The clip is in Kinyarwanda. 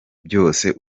byose